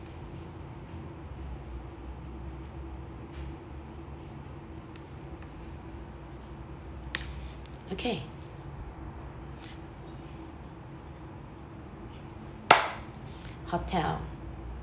okay hotel